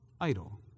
idle